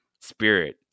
spirit